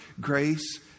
grace